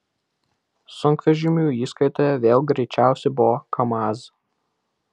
sunkvežimių įskaitoje vėl greičiausi buvo kamaz